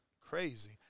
Crazy